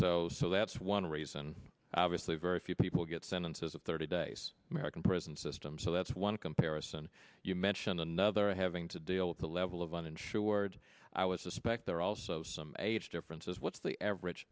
so so that's one reason to save very few people get sentences of thirty days american prison system so that's one comparison you mentioned another having to deal with the level of uninsured i would suspect there are also some age differences what's the average